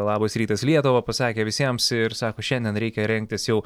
labas rytas lietuva pasakė visiems ir sako šiandien reikia rengtis jau